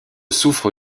soufre